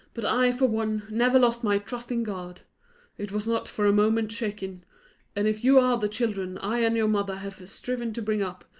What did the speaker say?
but i, for one, never lost my trust in god it was not for a moment shaken and if you are the children i and your mother have striven to bring up,